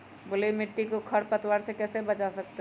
बलुई मिट्टी को खर पतवार से कैसे बच्चा सकते हैँ?